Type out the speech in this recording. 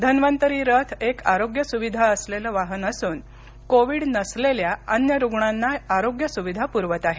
धन्वंतरी रथ एक आरोग्य सुविधा असलेले वाहन असून कोविड नसलेल्या अन्य रुग्णांना आरोग्य सुविधा पुरवत आहे